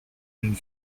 une